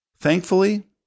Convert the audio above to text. Thankfully